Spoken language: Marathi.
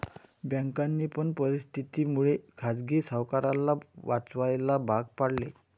बँकांनी पण परिस्थिती मुळे खाजगी सावकाराला वाचवायला भाग पाडले